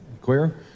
Clear